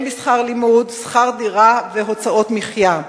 הן בשכר לימוד, שכר דירה והוצאות מחיה.